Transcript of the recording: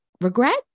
regret